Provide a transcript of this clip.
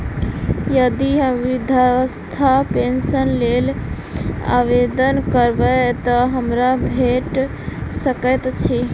यदि हम वृद्धावस्था पेंशनक लेल आवेदन करबै तऽ हमरा भेट सकैत अछि?